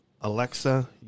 Alexa